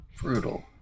Brutal